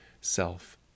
self